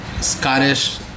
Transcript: Scottish